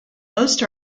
most